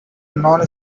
non